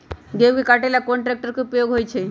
गेंहू के कटे ला कोंन ट्रेक्टर के उपयोग होइ छई?